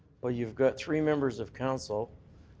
but you've got three members of council.